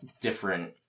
different